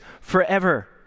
forever